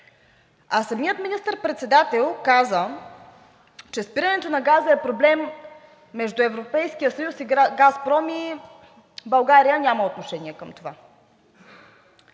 а самият министър-председател каза, че спирането на газа е проблем между Европейския съюз и „Газпром“ и България няма отношение към това.